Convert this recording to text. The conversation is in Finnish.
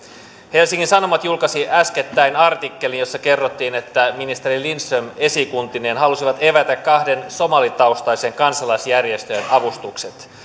helsingin sanomat julkaisi äskettäin artikkelin jossa kerrottiin että ministeri lindström esikuntineen halusi evätä kahden somalitaustaisen kansalaisjärjestön avustukset